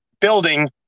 building